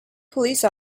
police